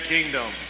Kingdom